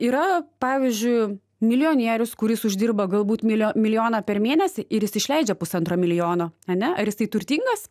yra pavyzdžiui milijonierius kuris uždirba galbūt milio milijoną per mėnesį ir jis išleidžia pusantro milijono ane ar jisai turtingas